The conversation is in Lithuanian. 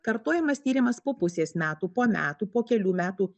kartojamas tyrimas po pusės metų po metų po kelių metų